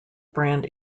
brand